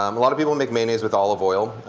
um a lot of people make mayonnaise with olive oil.